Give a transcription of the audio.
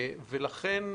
לכן,